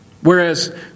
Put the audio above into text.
Whereas